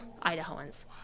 Idahoans